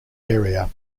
area